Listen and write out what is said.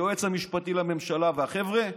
היועץ המשפטי לממשלה והחבר'ה בפרקליטות,